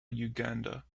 uganda